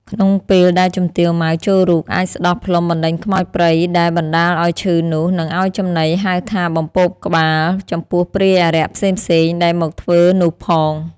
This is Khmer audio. ក្នុងពេលដែលជំទាវ ម៉ៅ ចូលរូប អាចស្ដោះផ្លុំបណ្ដេញខ្មោចព្រៃដែលបណ្ដាលឲ្យឈឺនោះ និងឲ្យចំណីហៅថា "បំពោបក្បាល" ចំពោះព្រាយអារក្សផ្សេងៗ ដែលមកធ្វើនោះផង ។